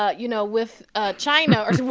ah you know, with ah china or